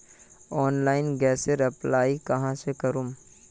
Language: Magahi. ऑनलाइन गैसेर अप्लाई कहाँ से करूम?